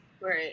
Right